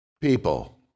People